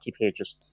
pages